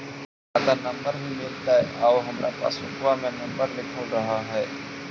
खाता नंबर भी मिलतै आउ हमरा पासबुक में नंबर लिखल रह है?